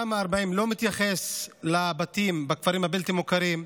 תמ"א 40 לא מתייחס לבתים בכפרים הבלתי-מוכרים.